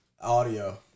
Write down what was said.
audio